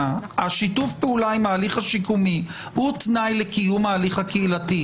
שיתוף הפעולה עם ההליך השיקומי הוא תנאי לקיום ההליך הקהילתי,